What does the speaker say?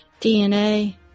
DNA